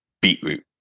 beetroot